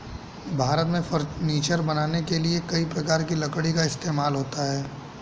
भारत में फर्नीचर बनाने के लिए कई प्रकार की लकड़ी का इस्तेमाल होता है